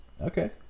Okay